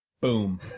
Boom